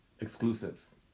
exclusives